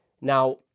Now